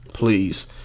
Please